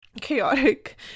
chaotic